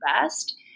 invest